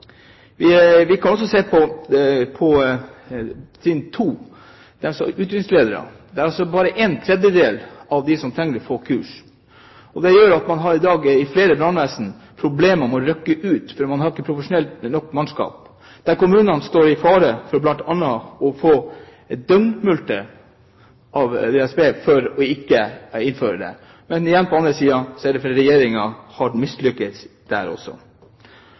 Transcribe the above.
Vi kan også se på trinn 2, altså utrykningsledere, der bare en tredel av dem som trenger det, får kurs. Det gjør at flere brannvesen i dag har problemer med å rykke ut, for man har ikke nok profesjonelt mannskap, og der står kommunene i fare for bl.a. å få døgnmulkter av DSB for ikke å ha innført det. Men igjen: Dette er fordi Regjeringen har mislyktes der også.